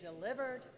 delivered